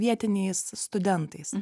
vietiniais studentais